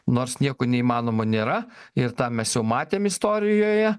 nors nieko neįmanomo nėra ir tą mes jau matėm istorijoje